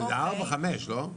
שזה 4-5, לא?